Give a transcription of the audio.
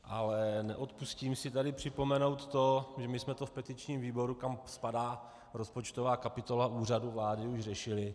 Ale neodpustím si tady připomenout to, že my jsme to v petičním výboru, kam spadá rozpočtová kapitola Úřadu vlády, již řešili.